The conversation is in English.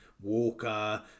Walker